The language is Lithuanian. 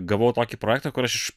gavau tokį projektą kur aš